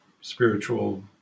spiritual